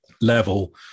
level